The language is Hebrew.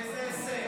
איזה הישג?